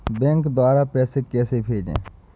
Bank द्वारा पैसे कैसे भेजें?